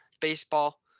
baseball